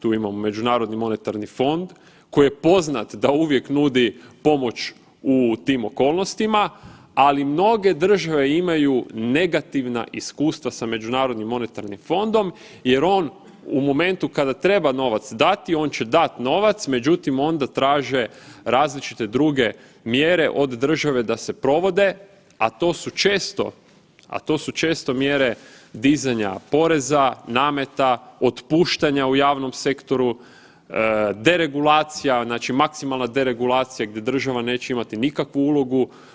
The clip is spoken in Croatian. Tu imamo međunarodni monetarni fond koji je poznat da uvijek nudi pomoć u tim okolnostima, ali mnoge države imaju negativna iskustva sa međunarodnim monetarnim fondom jer on u momentu kada treba novac dati, on će dati novac, međutim onda traže različite druge mjere od države da se provode, a to su često mjere, a to su često mjere dizanja poreza, nameta, otpuštanja u javnom sektoru, deregulacija, znači maksimalna deregulacija gdje država neće imati nikakvu ulogu.